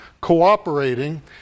cooperating